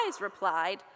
replied